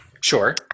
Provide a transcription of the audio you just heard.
Sure